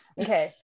Okay